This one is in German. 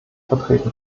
vertreten